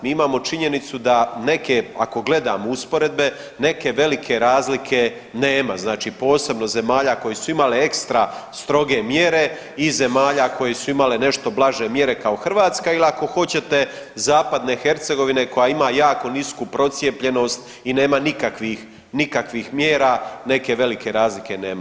Mi imamo činjenicu da neke ako gledamo usporedbe neke velike razlike nema, znači posebno zemalja koje su imale ekstra stroge mjere i zemalja koje su imale nešto blaže mjere kao Hrvatska ili ako hoćete Zapadne Hercegovina koja ima jako nisku procijepljenost i nema nikakvih mjera neke velike razlike nema.